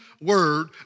word